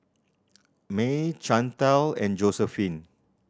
Mae Chantal and Josephine